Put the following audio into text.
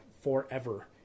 forever